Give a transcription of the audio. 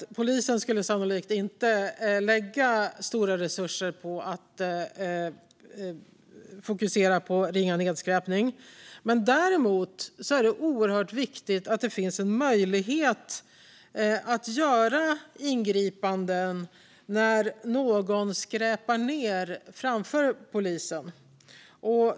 Polisen skulle sannolikt inte lägga stora resurser på att fokusera på ringa nedskräpning. Däremot är det oerhört viktigt att det finns en möjlighet att göra ingripanden när någon skräpar ned framför polisen.